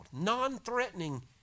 non-threatening